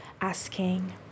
asking